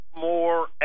more